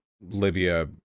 Libya